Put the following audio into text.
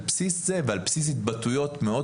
על בסיס זה ועל בסיס התבטאויות מאוד